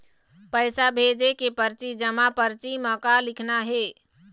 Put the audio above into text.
पैसा भेजे के परची जमा परची म का लिखना हे?